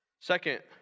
Second